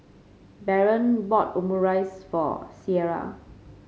Baron bought Omurice for Sierra